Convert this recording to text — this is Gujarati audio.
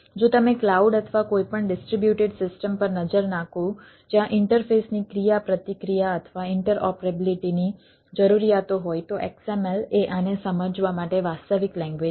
જો તમે ક્લાઉડ અથવા કોઈપણ ડિસ્ટ્રીબ્યુટેડ સિસ્ટમ પર નજર નાખો જ્યાં ઇન્ટરફેસની ક્રિયાપ્રતિક્રિયા અથવા ઇન્ટરઓપરેબિલિટીની જરૂરિયાતો હોય તો XML એ આને સમજવા માટે વાસ્તવિક લેંગ્વેજ છે